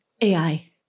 AI